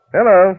Hello